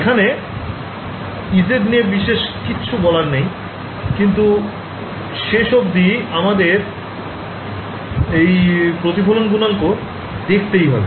এখানে ez নিয়ে বিশেষ কিছু বলার নেই কিন্তু শেষ অবধি আমাদের এই প্রতিফলন গুনাঙ্ক দেখতেই হবে